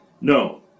No